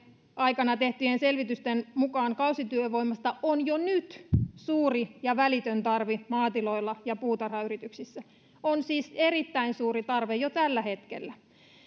aikana tehtyjen selvitysten mukaan kausityövoimasta on jo nyt suuri ja välitön tarve maatiloilla ja puutarhayrityksissä on siis erittäin suuri tarve jo tällä hetkellä